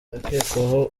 akekwaho